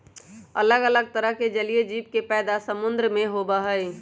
अलग तरह के जलीय जीव के पैदा समुद्र में होबा हई